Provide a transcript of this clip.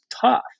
tough